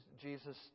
Jesus